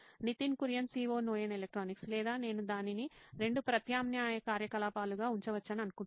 Nitin Kurian COO నోయిన్ electronics లేదా నేను దానిని రెండు ప్రత్యామ్నాయ కార్యకలాపాలుగా ఉంచవచ్చని అనుకుంటున్నాను